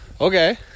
Okay